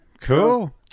Cool